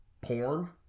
porn